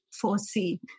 foresee